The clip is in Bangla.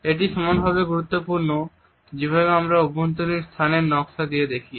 এটি সমানভাবে গুরুত্বপূর্ণ যেভাবে আমরা অভ্যন্তরীণ স্থানের নকশার দিকে দেখি